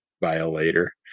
violator